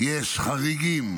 יש חריגים